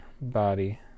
body